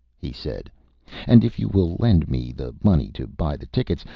he said and if you will lend me the money to buy the tickets,